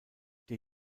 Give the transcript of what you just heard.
der